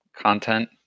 content